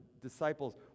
disciples